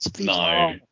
no